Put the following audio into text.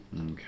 Okay